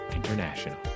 International